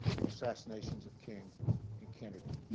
the assassinations of king and kennedy